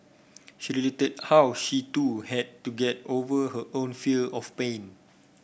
she related how she too had to get over her own fear of pain